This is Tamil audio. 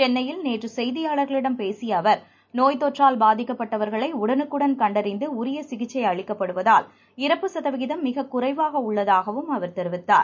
சென்னையில் நேற்று செய்தியாளர்களிடம் பேசிய அவர் நோய்த்தொற்றால் பாதிக்கப்பட்டவர்களை உடனுக்குடன் கண்டறிந்து உரிய சிகிச்சை அளிக்கப்படுவதால் இறப்பு சதவீதம் மிக குறைவாக உள்ளதாகவும் அவர் தெரிவித்தார்